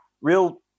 real